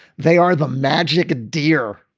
they are the magic deer.